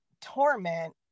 torment